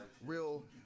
real